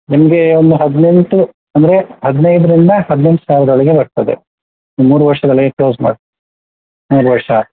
ನಿಮ್ಗೆ ಒಂದು ಹದಿನೆಂಟು ಅಂದರೆ ಹದಿನೈದರಿಂದ ಹದಿನೆಂಟು ಸಾವಿರ ಒಳಗೆ ಬರ್ತದೆ ಮೂರು ವರ್ಷದೊಳಗೆ ಕ್ಲೋಸ್ ಮಾಡಿ ಮೂರು ವರ್ಷ